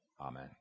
Amen